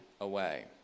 away